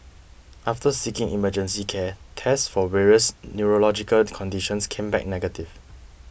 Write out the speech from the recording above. after seeking emergency care tests for various neurological conditions came back negative